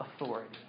authority